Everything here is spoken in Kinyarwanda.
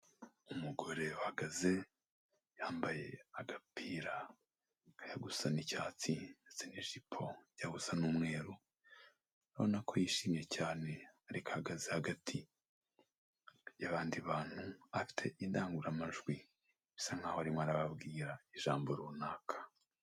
Umugore uhagaze yambaye agapira kajya gusa n'icyatsi ndetse n'ijipojya ijya gusa n'umweru, urabona ko yishimye cyane ariko ahagaze hagati y'abandi bantu afite indangururamajwi bisa nk'aho arimo arababwira ijambo runaka.